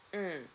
mm